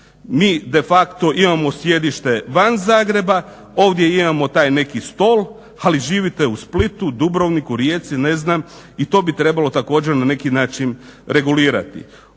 Mi de facto imamo sjedište van Zagreba, ovdje imamo taj neki stol, ali živite u Splitu, Dubrovniku, Rijeci i to bi trebalo također na neki način regulirati.